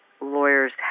lawyers